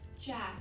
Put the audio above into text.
Jack